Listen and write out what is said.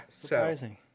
Surprising